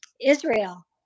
Israel